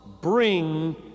bring